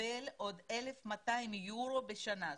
יקבל עוד 1,200 יורו בשנה.